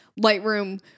Lightroom